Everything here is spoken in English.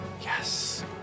Yes